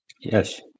Yes